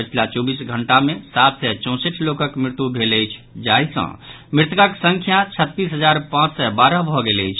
पछिला चौबीस घंटा मे सात सय चौंसठि लोकक मृत्यु भेल अछि जाहि सँ मृतकक संख्या छत्तीस हजार पांच सय बारह भऽ गेल अछि